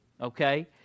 Okay